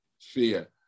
fear